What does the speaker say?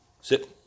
sit